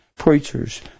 preachers